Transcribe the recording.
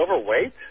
overweight